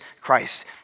Christ